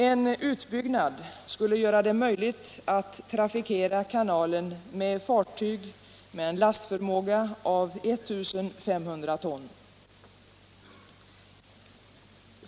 En utbyggnad skulle göra det möjligt att trafikera kanalen med fartyg med en lastförmåga av 1 500 ton.